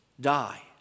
die